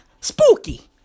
Spooky